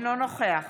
נגד.